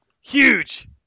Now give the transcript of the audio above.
Huge